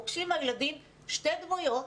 פוגשים הילדים שתי דמויות